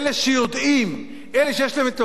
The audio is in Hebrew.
אלה שיש להם מפת הידע האמיתית,